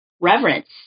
reverence